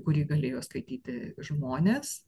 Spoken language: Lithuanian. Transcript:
kurį galėjo skaityti žmonės